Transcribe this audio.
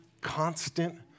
constant